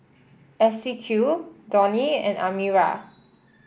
Esequiel Donny and Amira